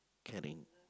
caring